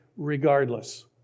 regardless